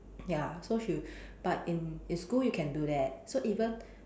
ya so she'll but in in school you can do that so even